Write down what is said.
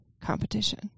competition